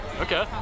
Okay